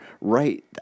right